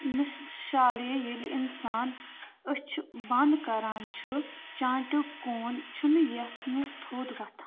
مِشالے ییٚلہِ اِنسان أچھِ بند كران چھُ چانٹیُک كوٗن چھُنہٕ یژھنہٕ تھو٘د وۄتھان